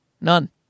None